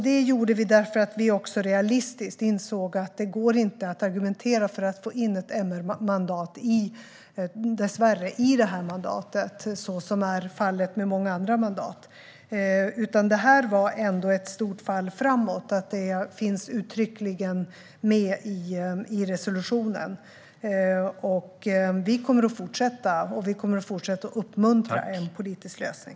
Det gjorde vi därför att vi realistiskt insåg att det dessvärre inte går att argumentera för att få in ett MR-mandat i mandatet, så som är fallet med många andra mandat. Det är ändå ett stort steg framåt att dessa punkter finns uttryckligen med i resolutionen. Vi kommer att fortsätta att uppmuntra en politisk lösning.